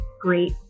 great